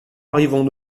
arrivons